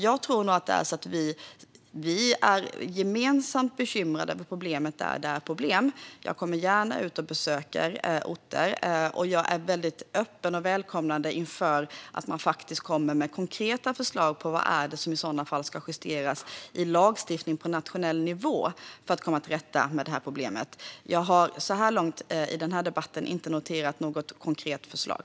Jag tror att vi är gemensamt bekymrade över problemet, där det är problem. Jag kommer gärna ut och besöker orter, och jag är väldigt öppen och välkomnande inför konkreta förslag på vad det är som i så fall ska justeras i lagstiftning på nationell nivå för att komma till rätta med problemet. Jag har så här långt i den debatten inte noterat något konkret förslag.